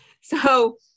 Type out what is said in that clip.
So-